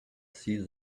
see